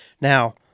now